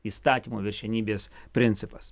įstatymų viršenybės principas